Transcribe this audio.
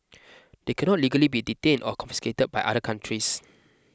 they cannot legally be detained or confiscated by other countries